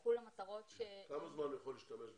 ילכו למטרות --- כמה זמן הוא יכול להשתמש בזה?